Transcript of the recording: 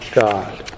God